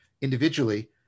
individually